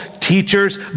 teachers